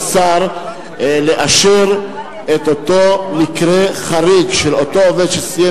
לשר לאשר את אותו מקרה חריג של אותו עובד שסיים